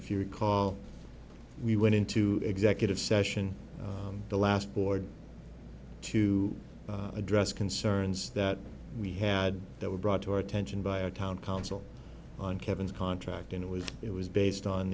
if you recall we went into executive session the last board to address concerns that we had that were brought to our attention by a town council on kevin's contract and it was it was based on